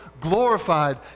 glorified